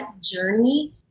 journey